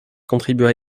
contribua